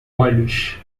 olhos